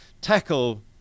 tackle